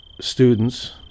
students